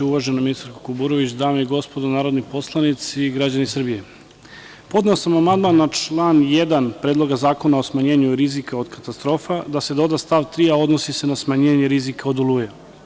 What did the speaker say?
Uvažena ministarko Kuburović, dame i gospodo narodni poslanici, građani Srbije, podneo sam amandman na član 1. Predloga zakona o smanjenju rizika od katastrofa, da se doda stav 3, a odnosi se na smanjenje rizika od oluja.